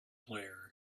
player